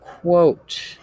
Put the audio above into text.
Quote